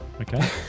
Okay